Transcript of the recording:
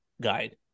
guide